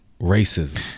racism